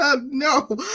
no